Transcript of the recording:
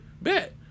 bet